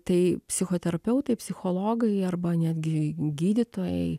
tai psichoterapeutai psichologai arba netgi gydytojai